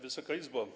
Wysoka Izbo!